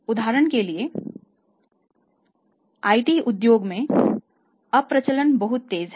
उदाहरण के लिए आईटी उद्योग में अप्रचलन बहुत तेज है